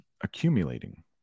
accumulating